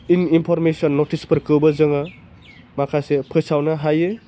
information नटिसफोरखौबो जोङो माखासे फोसावनो हायो